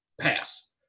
pass